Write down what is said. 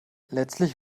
letztlich